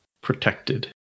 protected